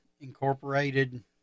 incorporated